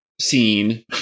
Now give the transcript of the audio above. scene